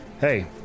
hey